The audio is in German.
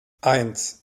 eins